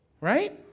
Right